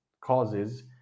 causes